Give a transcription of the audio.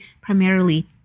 primarily